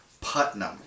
Putnam